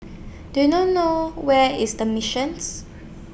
Do YOU know know Where IS The Mission's